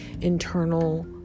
internal